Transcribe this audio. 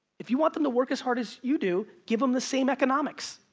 if you want them to work as hard as you do, give them the same economics.